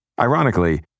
Ironically